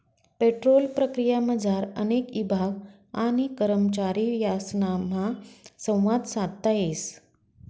petrol प्रक्रियामझार अनेक ईभाग आणि करमचारी यासनामा संवाद साधता येस